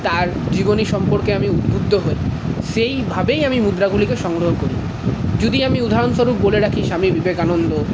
তার জীবনী সম্পর্কে আমি উদ্বুদ্ধ হই সেইভাবেই আমি মুদ্রাগুলিকে সংগ্রহ করি যদি আমি উদাহরণ স্বরূপ বলে রাখি স্বামী বিবেকানন্দ